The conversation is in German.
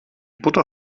butter